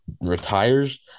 retires